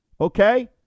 okay